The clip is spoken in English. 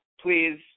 please